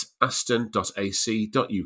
aston.ac.uk